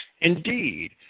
Indeed